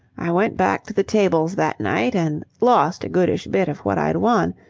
i went back to the tables that night and lost a goodish bit of what i'd won.